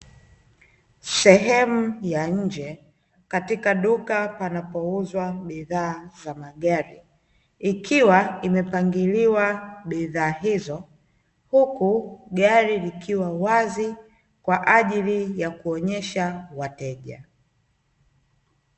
Sehemu ya nje katika duka panapouzwa bidhaa za magari, ikiwa zimepangiliwa bidhaa hizo huku gari ikiwa wazi kwa ajili ya kuonyesha wateja.